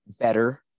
better